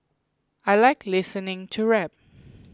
I like listening to rap